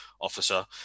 officer